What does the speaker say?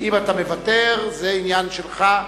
אם אתה מוותר, זה עניין שלך.